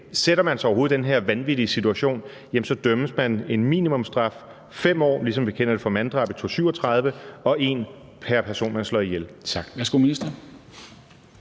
Sætter man sig overhovedet i den her vanvittige situation, idømmes man en minimumsstraf, 5 år, ligesom vi kender det fra manddrab i § 237, og en pr. person, man slår ihjel?